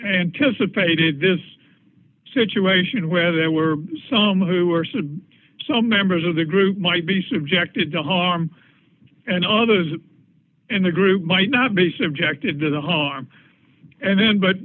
anticipated this situation where there were some who were said so members of the group might be subjected to harm and others in the group might not be subjected to the harm and then but